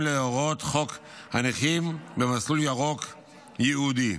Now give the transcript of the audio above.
להוראות חוק הנכים במסלול ירוק ייעודי.